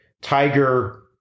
Tiger